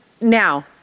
now